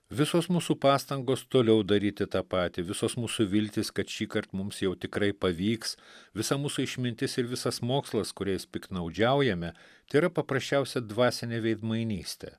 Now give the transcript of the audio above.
visos mūsų pastangos toliau daryti tą patį visos mūsų viltys kad šįkart mums jau tikrai pavyks visa mūsų išmintis ir visas mokslas kuriais piktnaudžiaujame tėra paprasčiausia dvasinė veidmainystė